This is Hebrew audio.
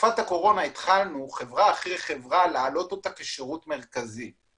התחלנו חברה אחרי חברה להעלות כשירות מרכזי.